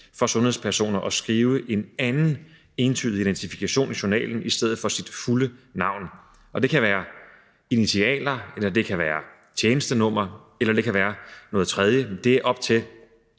for sundhedspersoner at skrive en anden entydig identifikation i journalen i stedet for deres fulde navn – det kan være initialer, eller det kan være et tjenestenummer, eller det kan være noget tredje – og det er op til